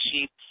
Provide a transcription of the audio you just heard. sheets